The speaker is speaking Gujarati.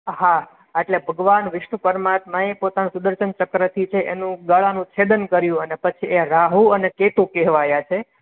હા એટલે ભગવાન વિષ્ણુ પરમાત્માએ પોતાનું સુદર્શન ચક્રથી છે એનું ગળાનું છેદન કર્યું અને પછીએ રાહુ અને કેતુ કહેવાયા છે